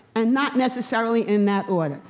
and not necessarily in that order.